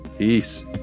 Peace